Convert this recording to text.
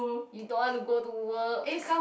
you don't want to go to work